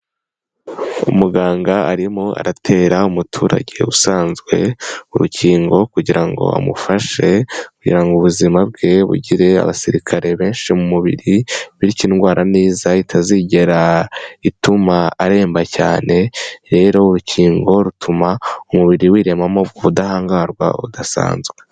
Umuganga arimo aratera umuturage usanzwe urukingo kugira ngo amufashe kugira ngo ubuzima bwe bugire abasirikare benshi mu mubiri bityo indwara niza itazigera ituma aremba cyane rero urukingo rutuma umubiri wiremamo ubudahangarwa budasanzwe.